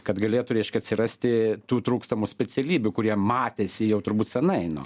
kad galėtų reiškia atsirasti tų trūkstamų specialybių kurie matėsi jau turbūt senai